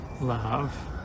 love